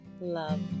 love